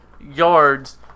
yards